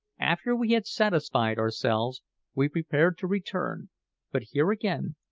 after we had satisfied ourselves we prepared to return but here, again,